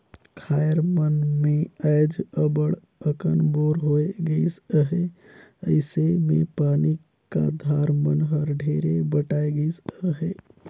खाएर मन मे आएज अब्बड़ अकन बोर होए गइस अहे अइसे मे पानी का धार मन हर ढेरे बटाए गइस अहे